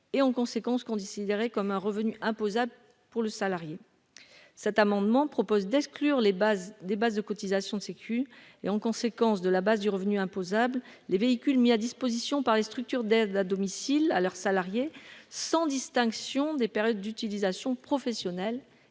et, en conséquence, considéré comme un revenu imposable pour le salarié. Cet amendement vise à exclure des bases de cotisations de sécurité sociale et, partant, de la base de revenu imposable les véhicules mis à disposition par les structures d'aide à domicile à leurs salariés sans distinction des périodes d'utilisation professionnelle